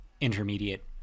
intermediate